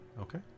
Okay